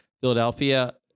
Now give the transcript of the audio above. Philadelphia